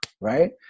right